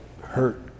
hurt